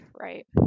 right